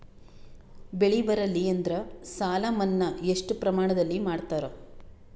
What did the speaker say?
ಬೆಳಿ ಬರಲ್ಲಿ ಎಂದರ ಸಾಲ ಮನ್ನಾ ಎಷ್ಟು ಪ್ರಮಾಣದಲ್ಲಿ ಮಾಡತಾರ?